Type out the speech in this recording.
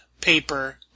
paper